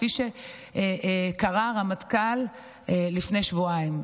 כפי שקרא הרמטכ"ל לפני שבועיים,